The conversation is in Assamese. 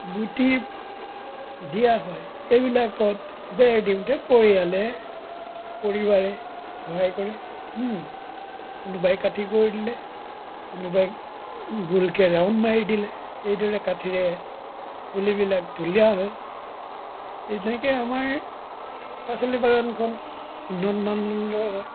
গুটি দিয়া হয় সেইবিলাকত বেৰ দিওঁতে পৰিয়ালে পৰিবাৰে সহায় কৰে কোনোবাই কাঠি কৰি দিলে কোনোবাই গোলকৈ ৰাউণ্ড মাৰি দিলে এইদৰে কাঠিৰে পুলিবিলাক তোলা হয় এনেকৈ আমাৰ পাচলি বাগানখন উন্নত মানদণ্ডৰ হয়